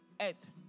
earth